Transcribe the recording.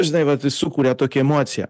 žinai vat jis sukuria tokią emociją